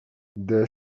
the